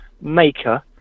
maker